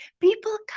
People